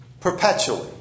perpetually